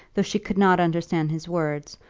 though she could not understand his words,